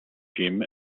gym